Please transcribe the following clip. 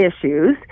issues